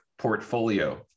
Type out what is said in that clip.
portfolio